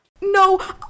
No